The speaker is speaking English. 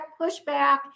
pushback